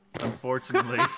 Unfortunately